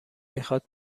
میخواد